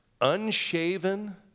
unshaven